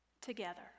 together